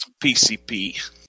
PCP